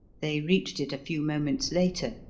they reached it a few moments later,